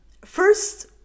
first